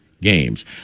games